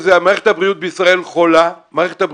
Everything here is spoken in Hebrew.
"מערכת הבריאות בישראל חולה"